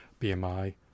BMI